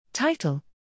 Title